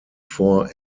vor